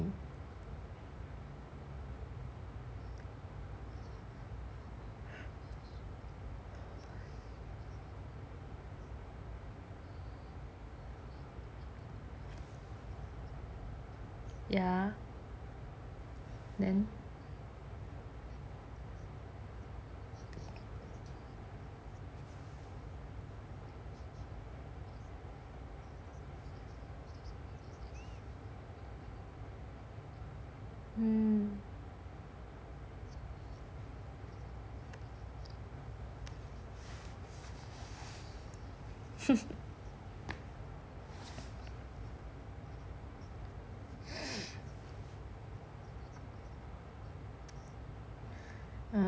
ya then um